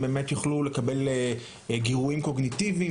באמת יוכלו לקבל גירויים קוגניטיביים,